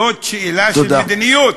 זאת שאלה של מדיניות.